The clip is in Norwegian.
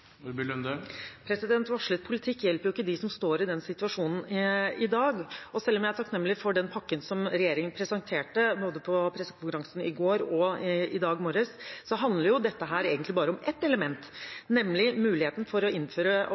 som står i den situasjonen i dag. Selv om jeg er takknemlig for den pakken som regjeringen presenterte, både på pressekonferansen i går og i dag morges, handler dette egentlig bare om ett element, nemlig muligheten for å vurdere å innføre